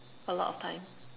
a lot of time